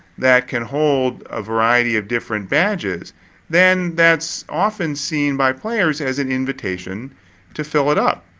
that can hold a variety of different badges then that's often seen by players as an invitation to fill it up.